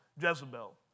Jezebel